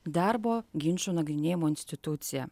darbo ginčų nagrinėjimo institucija